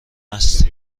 است